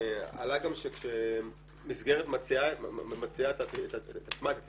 עלה גם שכשמסגרת מציעה את עצמה, את התכנון,